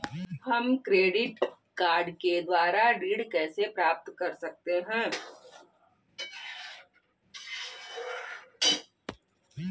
हम credit card के द्वारा ऋण कैसे प्राप्त कर सकते हैं?